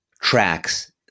tracks